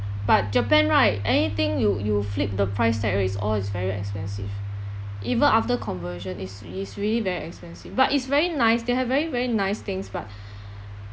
but japan right anything you you flip the price tag is all is very expensive even after conversion is is really very expensive but it's very nice they have very very nice things but